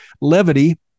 levity